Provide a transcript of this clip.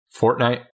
Fortnite